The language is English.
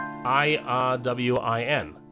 I-R-W-I-N